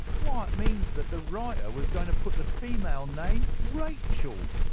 why, it means that the writer was going to put the female name rachel,